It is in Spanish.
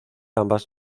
ambas